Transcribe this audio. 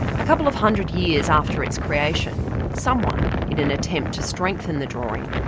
a couple of hundred years after its creation, someone, in an attempt to strengthen the drawing,